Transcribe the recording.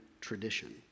tradition